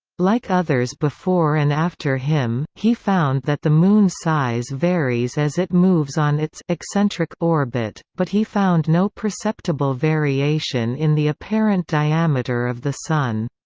like others before and after him, he found that the moon's size varies as it moves on its its orbit, but he found no perceptible variation in the apparent diameter of the sun.